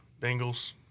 Bengals